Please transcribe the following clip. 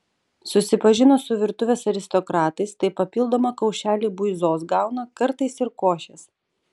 susipažino su virtuvės aristokratais tai papildomą kaušelį buizos gauna kartais ir košės